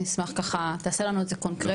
נשמח ככה, תעשה לנו את זה קונקרטי.